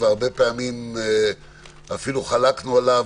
והרבה פעמים אפילו חלקנו עליו,